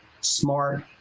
smart